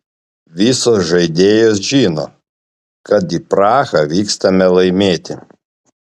visos žaidėjos žino kad į prahą vykstame laimėti